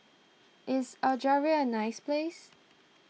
is Algeria a nice place